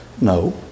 No